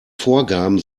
vorgaben